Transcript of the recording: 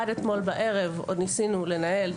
עד אתמול בערב עוד ניסינו לנהל,